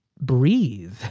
breathe